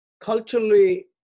Culturally